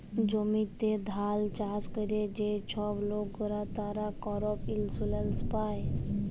জমিতে ধাল চাষ ক্যরে যে ছব লকরা, তারা করপ ইলসুরেলস পায়